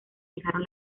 dejaron